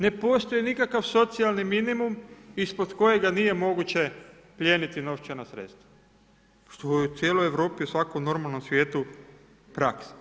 Ne postoji nikakav socijalni minimum ispod kojega nije moguće plijeniti novčana sredstva, što je u cijeloj Europi i svakom normalnom svijetu praksa.